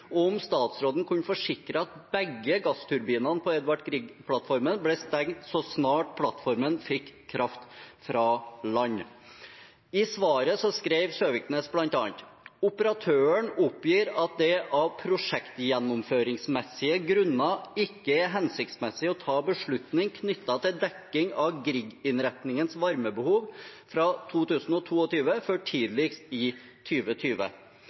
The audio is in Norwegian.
om statsråden kunne forsikre om at begge gassturbinene på Edvard Grieg-plattformen ble stengt så snart plattformen fikk kraft fra land. I svaret skrev Søviknes bl.a.: «Operatøren oppgir at det, av prosjektgjennomføringsmessige grunner, ikke er hensiktsmessig å ta beslutning knyttet til dekking av Grieg-innretningens varmebehov fra 2022 før tidligst i